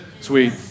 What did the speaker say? Sweet